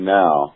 now